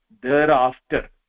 thereafter